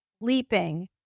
leaping